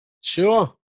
Sure